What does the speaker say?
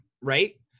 right